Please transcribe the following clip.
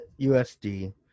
USD